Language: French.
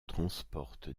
transporte